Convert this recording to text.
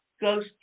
goes